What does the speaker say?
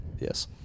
Yes